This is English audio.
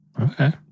Okay